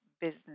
business